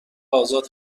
آزاد